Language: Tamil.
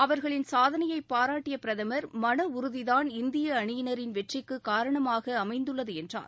அவர்களின் சாதனையை பாராட்டிய பிரதமர் மன உறுதிதான் இந்திய அணியினரின் வெற்றிக்கு காரணமாக அமைந்துள்ளது என்றார்